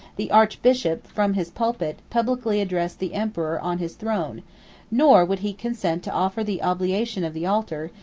the archbishop, from his pulpit, publicly addressed the emperor on his throne nor would he consent to offer the oblation of the altar,